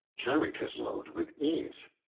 carried his load with ease,